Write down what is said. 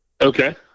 Okay